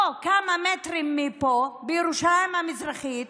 פה, כמה מטרים מפה, בירושלים המזרחית